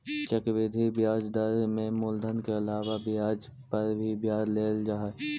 चक्रवृद्धि ब्याज दर में मूलधन के अलावा ब्याज पर भी ब्याज लेल जा हई